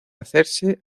hacerse